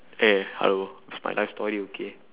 eh hello it's my life story okay